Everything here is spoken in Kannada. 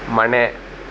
ಮನೆ